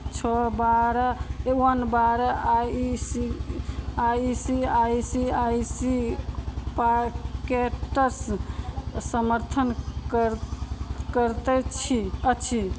छओ बारह वन बारह I C I C I C पॉकेट्सके समर्थन कर करिते छी अछि